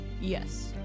Yes